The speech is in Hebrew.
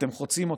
אתם חוצים אותו.